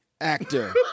actor